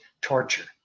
torture